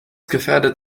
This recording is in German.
gefährdet